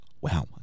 Wow